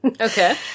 Okay